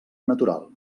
natural